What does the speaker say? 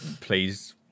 please